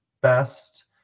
best